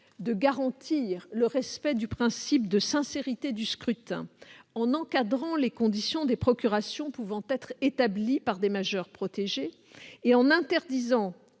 de garantir le respect du principe de sincérité du scrutin en encadrant les conditions des procurations pouvant être établies par des majeurs protégés et en interdisant